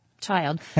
child